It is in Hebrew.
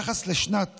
לשנת